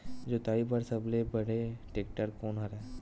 जोताई बर सबले बने टेक्टर कोन हरे?